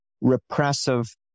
repressive